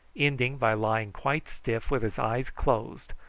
ending by lying quite stiff with his eyes closed,